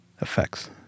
effects